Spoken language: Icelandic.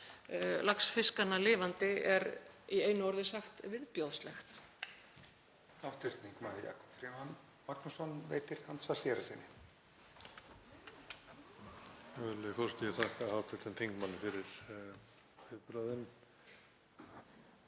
laxfiskana lifandi er í einu orði sagt viðbjóðslegt.